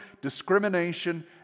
discrimination